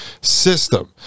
system